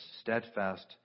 steadfast